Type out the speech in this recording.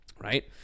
right